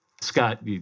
Scott